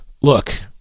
look